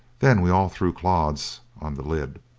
then we all threw clods on the lid.